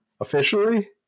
officially